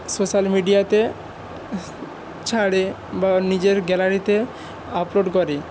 social মিডিয়াতে ছাড়ে বা নিজের গ্যালারিতে আপলোড করে